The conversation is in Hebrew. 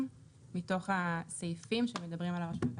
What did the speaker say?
מתוך הסעיפים שמדברים על הרשויות המקומיות.